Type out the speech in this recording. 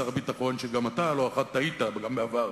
שר הביטחון: גם אתה לא אחת טעית בעבר,